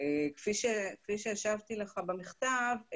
כפי שהשבתי לך במכתב,